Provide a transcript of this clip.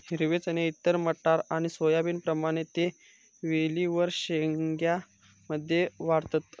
हिरवे चणे इतर मटार आणि सोयाबीनप्रमाणे ते वेलींवर शेंग्या मध्ये वाढतत